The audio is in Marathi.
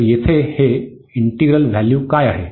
तर इथे हे इंटिग्रल व्हॅल्यू काय आहे